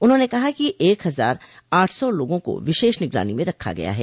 उन्होंने कहा कि एक हजार आठ सौ लोगों को विशेष निगरानी में रखा गया है